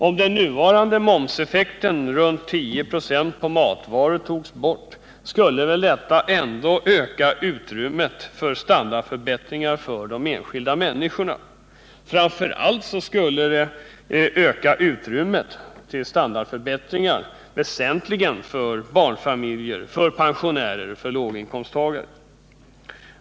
Om den nuvarande momseffekten på ca 10 96 på matvaror togs bort, skulle det väl ändå öka utrymmet för standardförbättringar för de enskilda människorna. Framför allt skulle det öka utrymmet för standardförbättringar väsentligt för barnfamiljer, pensionärer och låginkomsttagare.